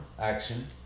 action